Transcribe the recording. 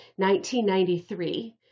1993